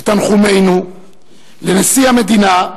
את תנחומינו לנשיא המדינה,